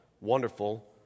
wonderful